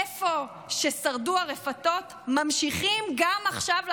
איפה ששרדו הרפתות ממשיכים גם עכשיו לחלוב.